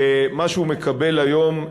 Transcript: שמה שהוא מקבל היום,